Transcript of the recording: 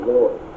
Lord